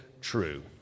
true